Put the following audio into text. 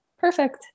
Perfect